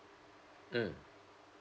mm